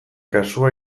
kasua